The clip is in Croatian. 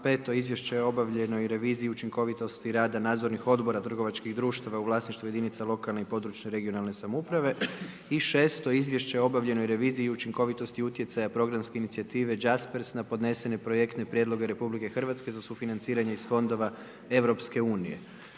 5. Izvješće o obavljenoj reviziji učinkovitosti rada nadzornih odbora trgovačkih društava u vlasništvu jedinica lokalne i područne (regionalne) samouprave, 6. Izvješće o obavljenoj reviziji učinkovitosti utjecaja programske inicijative Jaspers na podnesene projektne prijedloge Republike Hrvatske za sufinanciranje iz fondova Europske unije.